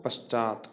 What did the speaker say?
पश्चात्